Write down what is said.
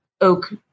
Oak